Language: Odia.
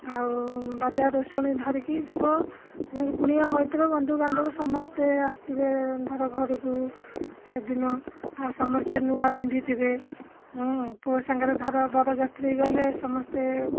ଆଉ ବାଜା ରୋଷଣୀ ଧରିକି ଯିବୁ କୁଣିଆ ମୈତ୍ର ବନ୍ଧୁବାନ୍ଧବ ସମସ୍ତେ ଆସିଥିବେ ଧର ଘରକୁ ସେଦିନ ଆଉ ସମସ୍ତେ ନୂଆ ପିନ୍ଧିଥିବେ ପୁଅ ସାଙ୍ଗରେ ଧର ବର ଯାତ୍ରୀ ଗଲେ ସମସ୍ତେ